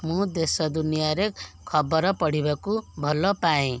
ମୁଁ ଦେଶ ଦୁନିଆରେ ଖବର ପଢ଼ିବାକୁ ଭଲ ପାଏଁ